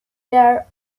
year